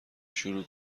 شروع